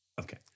okay